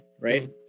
Right